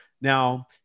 Now